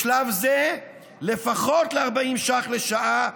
בשלב זה לפחות ל-40 שקלים לשעה,